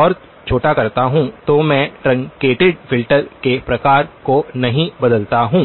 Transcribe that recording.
और छोटा करता हूं तो मैं ट्रंकेटड फ़िल्टर के प्रकार को नहीं बदलता हूं